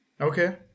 Okay